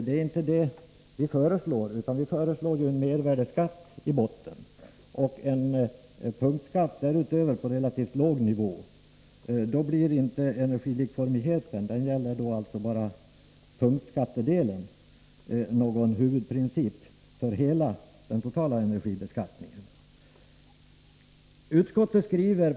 Det är inte detta vi föreslår utan en mervärdesskatt i botten och en punktskatt därutöver på relativt låg nivå. Då blir inte energilikformigheten någon huvudprincip för den totala energibeskattningen, utan den gäller bara punktskattedelen.